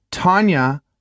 Tanya